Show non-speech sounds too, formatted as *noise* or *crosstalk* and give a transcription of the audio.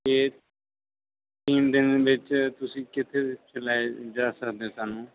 ਅਤੇ ਤਿੰਨ ਦਿਨ ਵਿੱਚ ਤੁਸੀਂ ਕਿੱਥੇ *unintelligible* ਲੈ ਜਾ ਸਕਦੇ ਸਾਨੂੰ